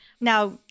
Now